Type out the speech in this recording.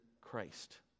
Christ